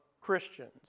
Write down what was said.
Christians